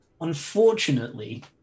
Unfortunately